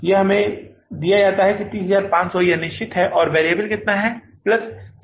यह हमें दिया जाता है 30500 यह निश्चित है और वैरिएबल कितना प्लस 47000 है